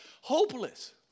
hopeless